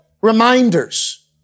reminders